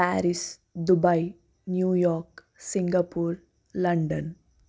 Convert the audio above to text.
Paris Dubai New York Singapore London